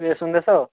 ए सुन्दैछौ